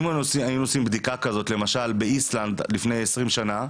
אם היינו עושים בדיקה כזאת למשל באיסלנד לפני עשרים שנה,